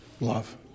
Love